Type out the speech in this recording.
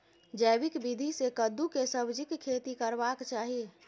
जैविक विधी से कद्दु के सब्जीक खेती करबाक चाही?